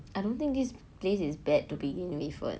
I don't think this place is bad to begin with